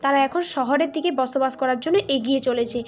তারা এখন শহরের দিকে বসবাস করার জন্য এগিয়ে চলেছে